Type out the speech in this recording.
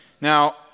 Now